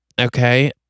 Okay